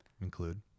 include